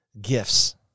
Gifts